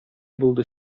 булды